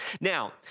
Now